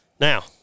Now